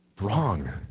wrong